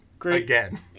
Again